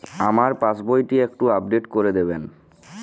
আমার পাসবই টি একটু আপডেট করে দেবেন?